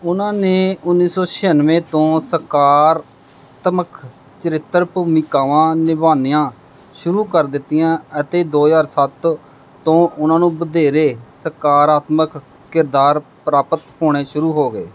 ਉਨ੍ਹਾਂ ਨੇ ਉੱਨੀ ਸੌ ਛਿਆਨਵੇਂ ਤੋਂ ਸਕਾਰਾਤਮਕ ਚਰਿੱਤਰ ਭੂਮਿਕਾਵਾਂ ਨਿਭਾਉਣੀਆਂ ਸ਼ੁਰੂ ਕਰ ਦਿੱਤੀਆਂ ਅਤੇ ਦੋ ਹਜ਼ਾਰ ਸੱਤ ਤੋਂ ਉਨ੍ਹਾਂ ਨੂੰ ਵਧੇਰੇ ਸਕਾਰਾਤਮਕ ਕਿਰਦਾਰ ਪ੍ਰਾਪਤ ਹੋਣੇ ਸ਼ੁਰੂ ਹੋ ਗਏ